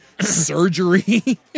surgery